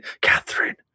Catherine